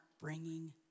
bringing